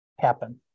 happen